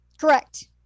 Correct